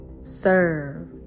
serve